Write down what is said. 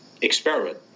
experiment